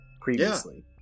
previously